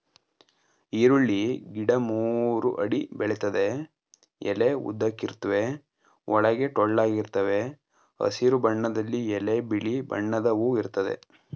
ಈರುಳ್ಳಿ ಗಿಡ ಮೂರು ಅಡಿ ಬೆಳಿತದೆ ಎಲೆ ಉದ್ದಕ್ಕಿರುತ್ವೆ ಒಳಗೆ ಟೊಳ್ಳಾಗಿರ್ತವೆ ಹಸಿರು ಬಣ್ಣದಲ್ಲಿ ಎಲೆ ಬಿಳಿ ಬಣ್ಣದ ಹೂ ಇರ್ತದೆ